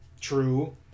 True